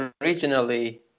originally